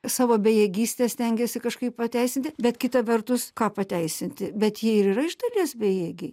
savo bejėgystę stengiasi kažkaip pateisinti bet kita vertus ką pateisinti bet jie ir yra iš dalies bejėgiai